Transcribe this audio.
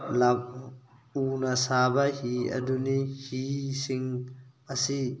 ꯎꯅ ꯁꯥꯕ ꯍꯤ ꯑꯗꯨꯅꯤ ꯍꯤꯁꯤꯡ ꯑꯁꯤ